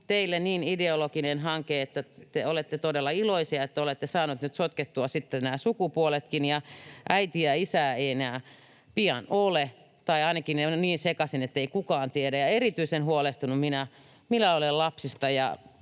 teille niin ideologinen hanke, että te olette todella iloisia, että olette saaneet nyt sotkettua sitten nämä sukupuoletkin. Äitiä ja isää ei enää pian ole, tai ainakin ne ovat niin sekaisin, ettei kukaan tiedä. Erityisen huolestunut minä olen lapsista